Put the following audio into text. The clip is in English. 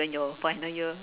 then your final year